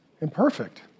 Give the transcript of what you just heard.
imperfect